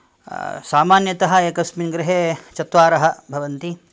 सामन्यतः एकस्मिन् गृहे चत्वारः भवन्ति